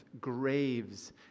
graves